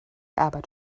arbeit